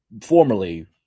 formerly